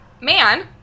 man